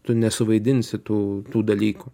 tu nesuvaidinsi tų tų dalykų